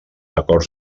acords